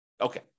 Okay